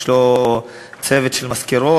יש לו צוות של מזכירות,